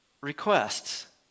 requests